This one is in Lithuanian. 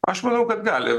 aš manau kad gali